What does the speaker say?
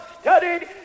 studied